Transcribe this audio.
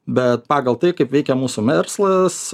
bet pagal tai kaip veikia mūsų merslas